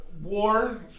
war